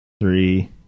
Three